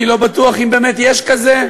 אני לא בטוח אם באמת יש כזה,